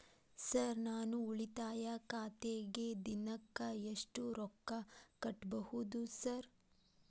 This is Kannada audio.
ಸರ್ ನಾನು ಉಳಿತಾಯ ಖಾತೆಗೆ ದಿನಕ್ಕ ಎಷ್ಟು ರೊಕ್ಕಾ ಕಟ್ಟುಬಹುದು ಸರ್?